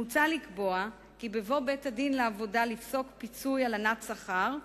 מוצע לקבוע כי בבוא בית-הדין לעבודה לפסוק פיצוי הלנת שכר,